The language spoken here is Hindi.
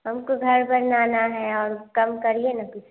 हमको घर बनाना है और कम करिए न कुछ